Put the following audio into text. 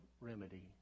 remedy